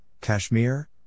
Kashmir